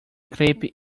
creepy